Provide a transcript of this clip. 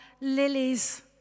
lilies